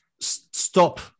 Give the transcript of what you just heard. stop